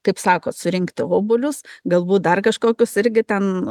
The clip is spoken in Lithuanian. taip sakot surinkti obuolius galbūt dar kažkokius irgi ten